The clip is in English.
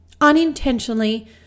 Unintentionally